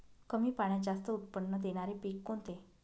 कमी पाण्यात जास्त उत्त्पन्न देणारे पीक कोणते?